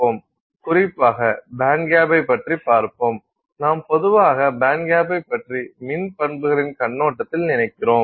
குறிப்பாக பேண்ட்கேப்பை பற்றி பார்ப்போம் நாம் பொதுவாக பேண்ட்கேப்பை பற்றி மின் பண்புகளின் கண்ணோட்டத்தில் நினைக்கிறோம்